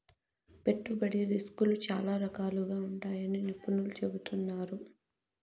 పెట్టుబడి రిస్కులు చాలా రకాలుగా ఉంటాయని నిపుణులు చెబుతున్నారు